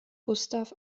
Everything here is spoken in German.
gustav